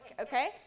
okay